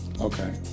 Okay